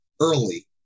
early